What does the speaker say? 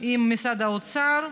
עם משרד האוצר,